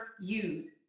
use